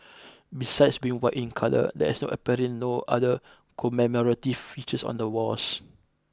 besides being white in colour there is no apparent no other commemorative features on the wares